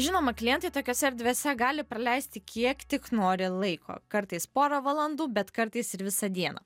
žinoma klientai tokiose erdvėse gali praleisti kiek tik nori laiko kartais porą valandų bet kartais ir visą dieną